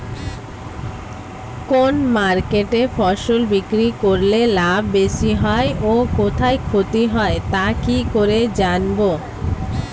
কোন মার্কেটে ফসল বিক্রি করলে লাভ বেশি হয় ও কোথায় ক্ষতি হয় তা কি করে জানবো?